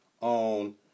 on